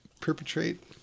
perpetrate